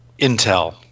intel